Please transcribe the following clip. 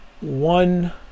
one